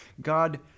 God